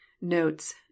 notes